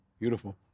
beautiful